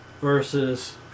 versus